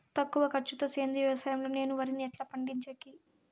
తక్కువ ఖర్చు తో సేంద్రియ వ్యవసాయం లో నేను వరిని ఎట్లా పండించేకి?